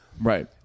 Right